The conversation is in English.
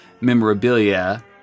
memorabilia